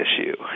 issue